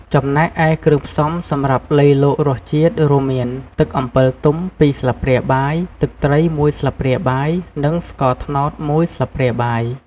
ចំណែកឯគ្រឿងផ្សំសម្រាប់លៃលករសជាតិ រួមមាន ទឹកអំពិលទុំ ២ ស្លាបព្រាបាយ ទឹកត្រី ១ ស្លាបព្រាបាយ និង ស្ករត្នោត ១ ស្លាបព្រាបាយ។